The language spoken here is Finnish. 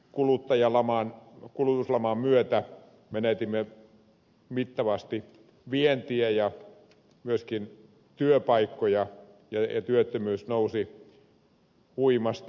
tämän maailmanlaajuisen kulutuslaman myötä menetimme mittavasti vientiä ja myöskin työpaikkoja ja työttömyys nousi huimasti